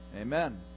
Amen